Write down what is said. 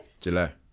July